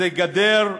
זה גדר,